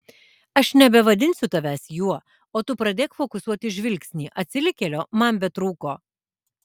aš nebevadinsiu tavęs juo o tu pradėk fokusuoti žvilgsnį atsilikėlio man betrūko